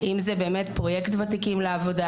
פרויקט ותיקים לעבודה,